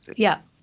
yeah.